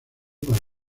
para